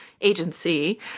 agency –